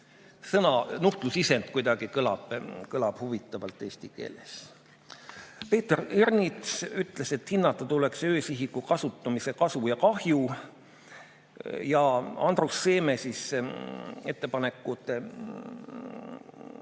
sõna "nuhtlusisend" kõlab kuidagi huvitavalt eesti keeles. Peeter Ernits ütles, et hinnata tuleks öösihiku kasutamise kasu ja kahju. Andrus Seeme, ettepanekute